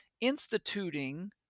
instituting